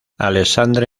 alexandre